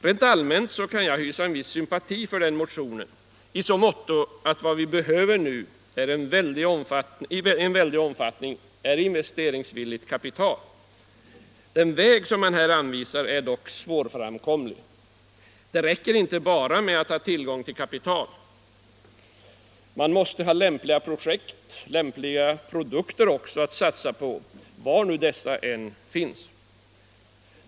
Rent allmänt kan jag hysa en viss sympati för den reservationen i så måtto att vad vi behöver nu i väldig omfattning är investeringsvilligt kapital. Den väg som man här anvisar är dock svårframkomlig. Det räcker inte bara med att ha tillgång till kapital. Man måste ha lämpliga projekt och lämpliga produkter också att satsa på, var nu dessa än finns.